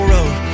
Road